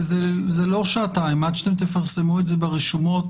זה לא שעתיים עד שתפרסמו את זה ברשומות